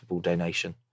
donation